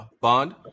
Bond